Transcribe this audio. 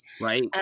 Right